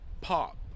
pop